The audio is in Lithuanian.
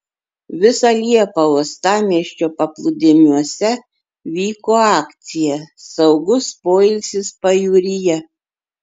visą liepą uostamiesčio paplūdimiuose vyko akcija saugus poilsis pajūryje